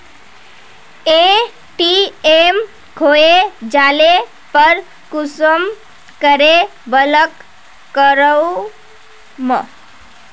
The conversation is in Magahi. ए.टी.एम खोये जाले पर कुंसम करे ब्लॉक करूम?